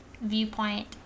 viewpoint